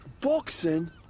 Boxing